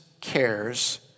cares